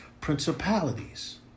principalities